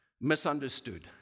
misunderstood